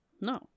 No